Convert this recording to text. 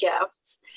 gifts